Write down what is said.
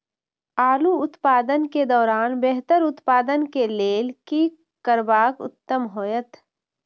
आलू उत्पादन के दौरान बेहतर उत्पादन के लेल की करबाक उत्तम होयत?